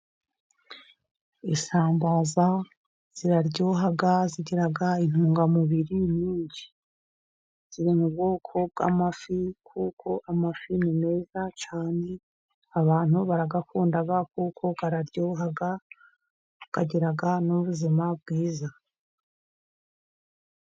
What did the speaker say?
Isambaza ziraryoha zigira intungamubiri nyinshi ziri mu bwoko bw'amafi kuko amafi ni meza cyane abantu baragakunda kuko araryoha akagira n'ubuzima bwiza.